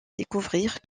découvrir